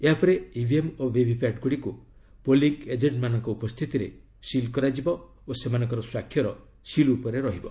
ଏହାପରେ ଇଭିଏମ୍ ଓ ଭିଭିପାଟ୍ ଗୁଡ଼ିକୁ ପୋଲିଂ ଏଜେଣ୍ଟମାନଙ୍କ ଉପସ୍ଥିତିରେ ସିଲ୍ କରାଯିବ ଓ ସେମାନଙ୍କର ସ୍ୱାକ୍ଷର ସିଲ୍ ଉପରେ ରହିବ